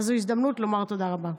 אז זו הזדמנות לומר תודה רבה.